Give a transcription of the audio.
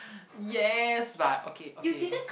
yes but okay okay